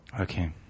Okay